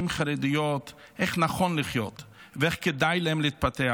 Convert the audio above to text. חרדיות איך נכון לחיות ואיך כדאי להן להתפתח.